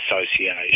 association